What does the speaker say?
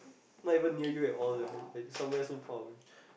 not even near you at all sia like somewhere so faraway